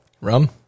Rum